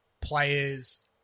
players